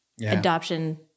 adoption